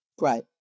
Right